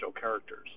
characters